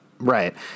Right